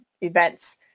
events